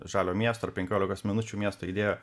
žalio miesto ar penkiolikos minučių miesto idėja